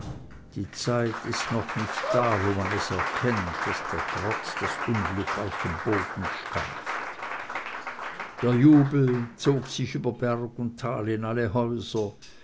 die zeit ist noch nicht da wo man es erkennt daß der trotz das unglück aus dem boden stampft der jubel zog sich über berg und tal in alle häuser